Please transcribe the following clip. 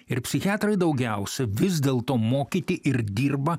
ir psichiatrai daugiausia vis dėl to mokyti ir dirba